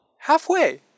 Halfway